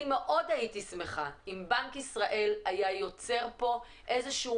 אני מאוד הייתי שמחה אם בנק ישראל היה יוצר פה איזה שהוא